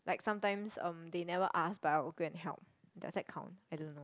like sometime um they never ask but I will go and help does that count I don't know